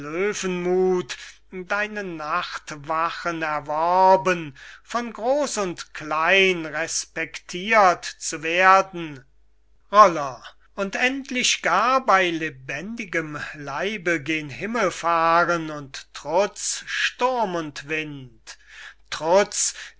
löwenmuth deine nachtwachen erworben von groß und klein respektirt zu werden roller und endlich gar bey lebendigem leibe gen himmel fahren und trotz sturm und wind